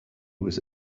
was